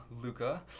Luca